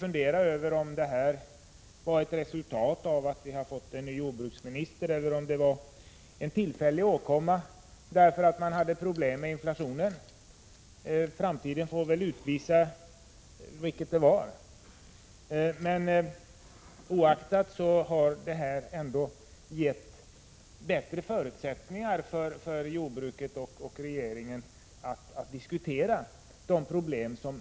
undra om överenskommelsen är ett resultat av att vi har fått en ny jordbruksminister eller om den är en tillfällig åkomma, därför att man har problem med inflationen. Men framtiden får väl utvisa detta. Överenskommelsen har emellertid skapat bättre förutsättningar för jordbruket och regeringen att diskutera problemen.